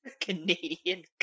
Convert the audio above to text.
Canadian